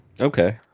Okay